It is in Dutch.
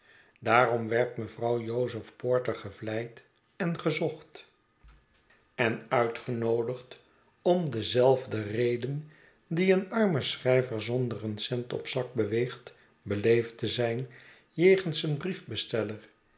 daarom werd mevrouw jozef porter gevleid en gezocht en schetsen van boz uitgenoodigd om dezelfde reden die een arme schrijver zonder een cent op zak beweegt beleefd te zijn jegens een